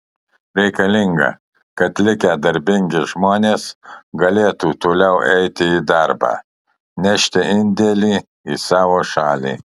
reikalinga kad likę darbingi žmonės galėtų toliau eiti į darbą nešti indėlį į savo šalį